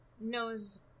knows